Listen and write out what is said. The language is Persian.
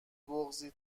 بغضی